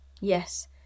Yes